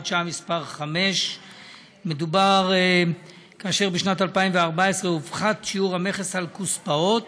שעה מס' 5). כאשר בשנת 2014 הופחת שיעור המכס על כוספאות